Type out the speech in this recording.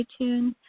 iTunes